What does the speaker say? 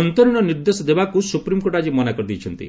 ଅନ୍ତରୀଣ ନିର୍ଦ୍ଦେଶ ଦେବାକୁ ସୁପ୍ରିମ୍କୋର୍ଟ ଆଜି ମନା କରିଦେଇଛନ୍ତି